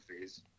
phase